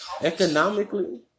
Economically